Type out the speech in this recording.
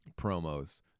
promos